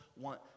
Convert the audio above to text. want